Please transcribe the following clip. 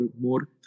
more